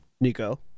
Nico